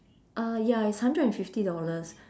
ah ya it's hundred and fifty dollars